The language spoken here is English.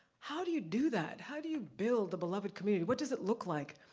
how do you do that, how do you build a beloved community, what does it look like?